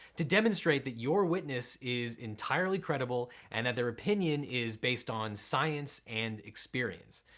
to demonstrate that your witness is entirely credible and that their opinion is based on science and experience.